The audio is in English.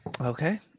okay